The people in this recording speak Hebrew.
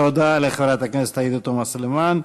תודה לחברת הכנסת עאידה תומא סלימאן.